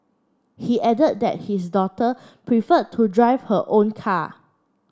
he added that his daughter preferred to drive her own car